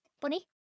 Bunny